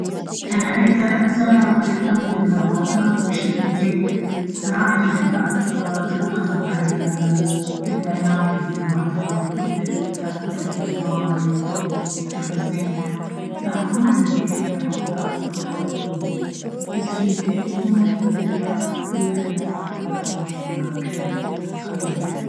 أنا أقدر أزرع وأهتم بالنباتات بشكل جيد. زراعة الحدائق تتطلب معرفة بالعناية بالنباتات، مثل توفير الماي، الضوء، والتربة الزينة. لا ما عندي أي نباتات ولا ورود بس في بيت أمي كنت أزرع كل أنواع الخضراوات الورقية ومن هالقبيل يعني.